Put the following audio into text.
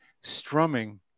strumming